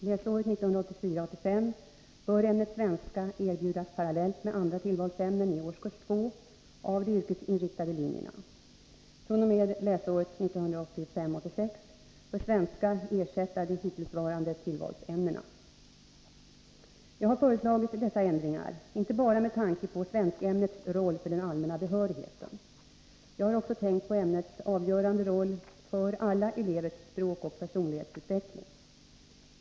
Läsåret 1984 86 bör svenska ersätta de hittillsvarande tillvalsämnena. Jag har föreslagit dessa ändringar inte bara med tanke på svenskämnets roll för den allmänna behörigheten. Jag har också tänkt på ämnets avgörande roll för alla elevers språkoch personlighetsutveckling.